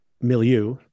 milieu